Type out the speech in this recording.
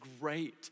great